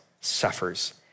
suffers